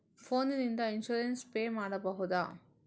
Phone ನಿಂದ insurance pay ಮಾಡಬಹುದ?